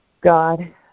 God